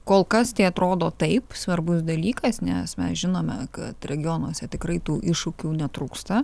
kol kas tai atrodo taip svarbus dalykas nes mes žinome kad regionuose tikrai tų iššūkių netrūksta